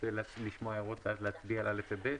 רוצה לשמוע הערות ואז להצביע על סעיפים קטנים (א) ו-(ב)?